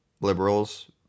liberals